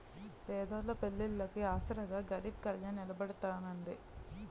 పేదోళ్ళ పెళ్లిళ్లికి ఆసరాగా గరీబ్ కళ్యాణ్ నిలబడతాన్నది